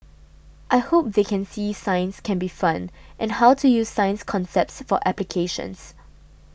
I hope they can see science can be fun and how to use science concepts for applications